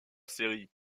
série